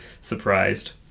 surprised